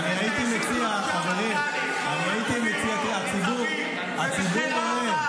--- הייתי מציע, חברים, הציבור רואה,